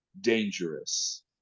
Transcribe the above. dangerous